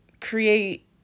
create